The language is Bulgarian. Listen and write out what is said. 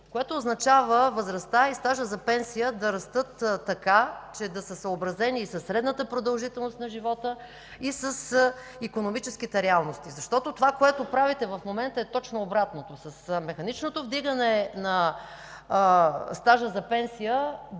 което означава възрастта и стажът за пенсия да растат така, че да са съобразени със средната продължителност на живота и с икономическите реалности. Това, което правите в момента, е точно обратното. С механичното вдигане на стажа за пенсия